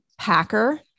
packer